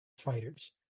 fighters